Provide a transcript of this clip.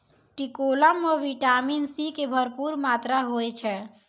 टिकोला मॅ vitamin C के भरपूर मात्रा होय छै